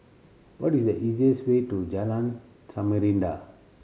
what is the easiest way to Jalan Samarinda